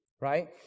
right